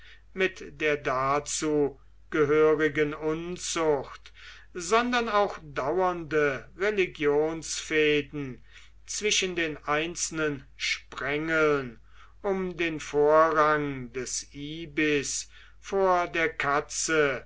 mit der dazu gehörigen unzucht sondern auch dauernde religionsfehden zwischen den einzelnen sprengeln um den vorrang des ibis vor der katze